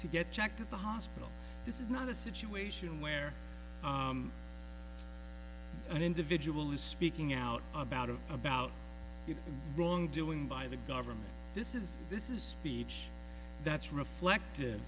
to get checked at the hospital this is not a situation where an individual is speaking out about of about wrongdoing by the government this is this is speech that's reflect